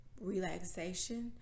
relaxation